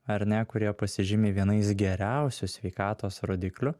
ar ne kurie pasižymi vienais geriausių sveikatos rodiklių